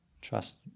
Trust